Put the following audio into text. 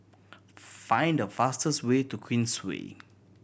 find the fastest way to Queensway